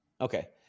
Okay